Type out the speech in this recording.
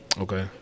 Okay